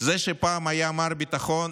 זה שפעם היה מר ביטחון,